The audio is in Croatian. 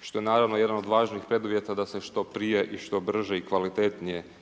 što je naravno jedan od važnijih preduvjeta da se što prije i što brže i kvalitetnije